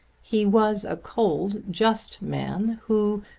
he was a cold, just man who,